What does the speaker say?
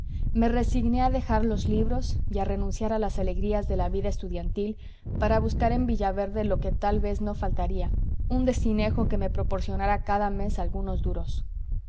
me resigné a dejar los libros y a renunciar a las alegrías de la vida estudiantil para buscar en villaverde lo que tal vez no faltaría un destinejo que me proporcionara cada mes algunos duros